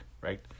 right